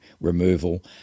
removal